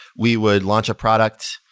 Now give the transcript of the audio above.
we would launch a product,